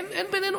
אין בינינו,